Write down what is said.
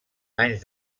anys